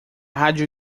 rádio